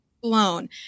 blown